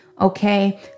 Okay